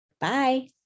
bye